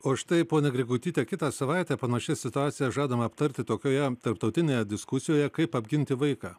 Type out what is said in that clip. o štai ponia grigutyte kitą savaitę panaši situacija žadama aptarti tokioje tarptautinėje diskusijoje kaip apginti vaiką